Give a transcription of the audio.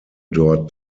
dort